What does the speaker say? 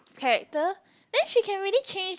character then she can really change